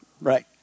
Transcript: right